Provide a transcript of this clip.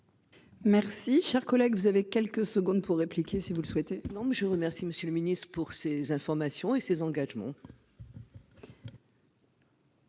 Merci, cher collègue, vous avez quelques secondes pour répliquer si vous le souhaitez. Donc, je vous remercie, Monsieur le Ministre, pour ses informations et ses engagements.